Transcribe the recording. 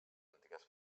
antigues